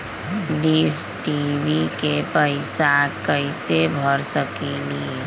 Dish TV के पैईसा कईसे भर सकली?